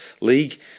League